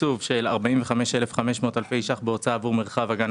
תקצוב של 45,500 אלפי ₪ בהוצאה עבור מרחב גן